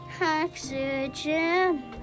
oxygen